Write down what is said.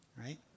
right